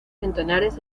centenares